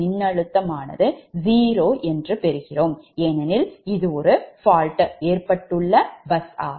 fault மின்னழுத்தம் 0 ஏனெனில் bus 4 fault ஏற்பட்டுள்ளது